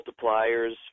multipliers